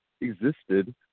existed